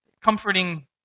Comforting